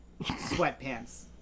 sweatpants